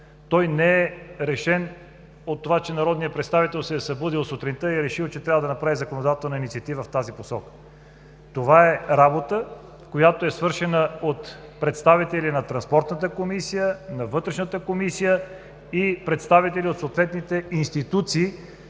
не е решен от това, че народният представител се е събудил сутринта и е решил, че трябва да направи законодателна инициатива в тази посока. Това е работа, която е свършена от представители на Транспортната комисия, на Вътрешната комисия и представители от съответните институции,